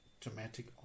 dramatic